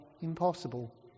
impossible